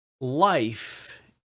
life